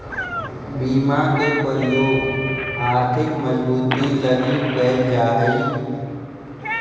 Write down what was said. बीमा के प्रयोग आर्थिक मजबूती लगी कैल जा हई